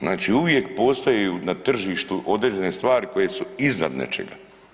Znači uvijek postoji na tržištu određene stvari koje su iznad nečega.